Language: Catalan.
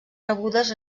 rebudes